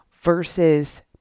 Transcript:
versus